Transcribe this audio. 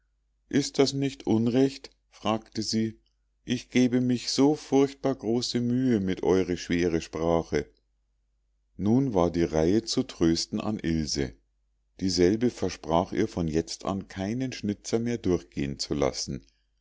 ist das nicht unrecht fragte sie ich gebe mich so furchtbar große mühe mit eure schwere sprache nun war die reihe zu trösten an ilse dieselbe versprach ihr von jetzt an keinen schnitzer mehr durchgehen zu lassen